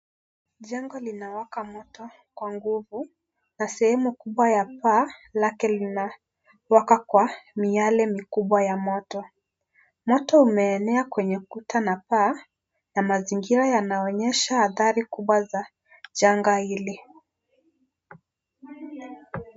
Jengo linawaka moto kwa nguvu na sehemu kubwa ya paa lake linawaka kwa miale mikubwa ya moto, moto umeenea kwenye kuta na paa na mazingira yanaonyesha hatari kubwa za janga hili.